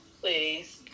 please